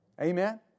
Amen